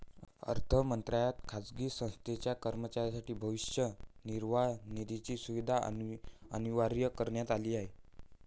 अर्थ मंत्रालयात खाजगी संस्थेच्या कर्मचाऱ्यांसाठी भविष्य निर्वाह निधीची सुविधा अनिवार्य करण्यात आली आहे